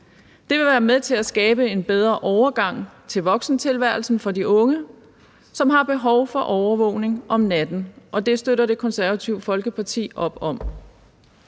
Det vil være med til at skabe en bedre overgang til voksentilværelsen for de unge, som har behov for overvågning om natten, og det støtter Det Konservative Folkeparti op om.